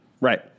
right